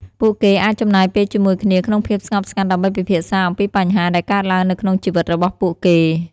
ពួកគេអាចចំណាយពេលជាមួយគ្នាក្នុងភាពស្ងប់ស្ងាត់ដើម្បីពិភាក្សាអំពីបញ្ហាដែលកើតឡើងនៅក្នុងជីវិតរបស់ពួកគេ។